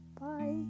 Bye